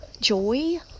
joy